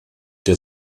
der